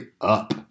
up